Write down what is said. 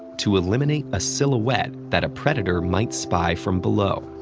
to eliminate a silhouette that a predator might spy from below.